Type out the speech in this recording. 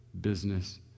business